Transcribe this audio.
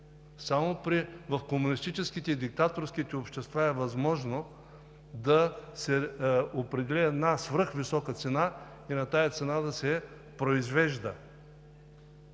Само в комунистическите и диктаторските общества е възможно да се определи една свръхвисока цена и на тази цена да се произвежда.